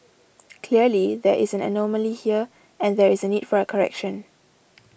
clearly there is an anomaly here and there is a need for a correction